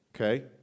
okay